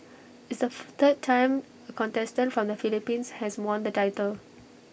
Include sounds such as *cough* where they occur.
it's the *unintelligible* third time A contestant from the Philippines has won the title